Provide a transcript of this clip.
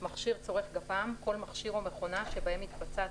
"מכשיר צורך גפ"מ" כל מכשיר או מכונה שבהם מתבצעת